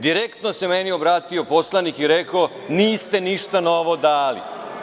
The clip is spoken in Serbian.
Direktno se meni obratio poslanik i rekao – niste ništa novo dali.